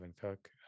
Cook